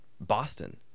Boston